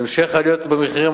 המשך העליות במחירים,